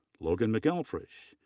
logann mcelfresh,